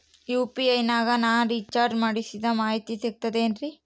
UPI ನಾಗ ನಾ recharge ಮಾಡಿಸಿದ ಮಾಹಿತಿ ಸಿಕ್ತದೆ ಏನ್ರಿ?